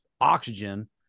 oxygen